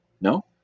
No